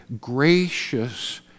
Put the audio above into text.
gracious